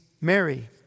Mary